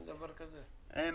אין.